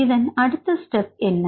இதன் அடுத்த ஸ்டெப் என்ன